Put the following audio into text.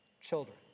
children